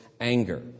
anger